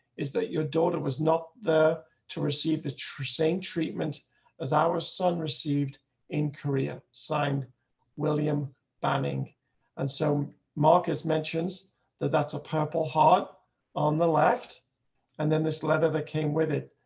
is that your daughter was not the to receive the true same treatment as our son received in korea signed william banning and so marcus mentions that that's a purple heart on the left and then this letter that came with it.